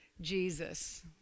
Jesus